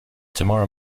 tomorrow